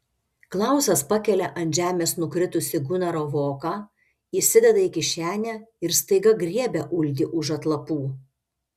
klausas pakelia ant žemės nukritusį gunaro voką įsideda į kišenę ir staiga griebia uldį už atlapų